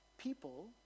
people